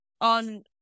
on